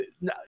no